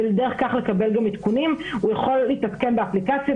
ודרך כך לקבל גם עדכונים; הוא יכול להתעדכן באפליקציה,